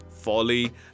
folly